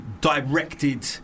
directed